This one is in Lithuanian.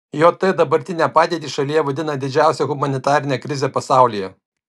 jt dabartinę padėtį šalyje vadina didžiausia humanitarine krize pasaulyje